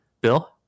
Bill